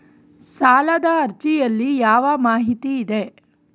ಸಾಲದ ಅರ್ಜಿಯಲ್ಲಿ ಯಾವ ಮಾಹಿತಿ ಇದೆ?